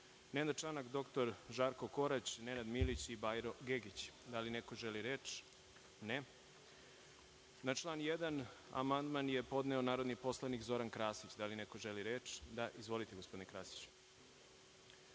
Nenad Čanak, dr Žarko Korać, Nenad Milić i Bajro Gegić. Da li neko želi reč? (Ne.)Na član 1. amandman je podneo narodni poslanik Zoran Krasić. Da li neko želi reč? (Da.)Izvolite, gospodine Krasiću.